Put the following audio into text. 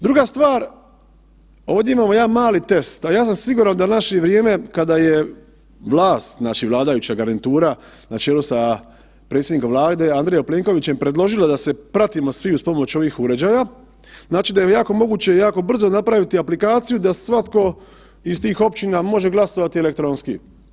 Druga stvar, ovdje imamo jedan mali test, a ja sam siguran da naši vrijeme, kada je vlast, naša vladajuća garnitura na čelu sa predsjednikom Vlade Andrejem Plenkovićem predložila da se pratimo svi uz pomoć ovih uređaja, znači da je jako moguće jako brzo napraviti aplikaciju da svatko iz tih općina može glasovati elektronski.